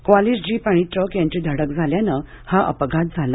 Qualis jeep आणि truck यांची धडक झाल्याने हा अपघात झाला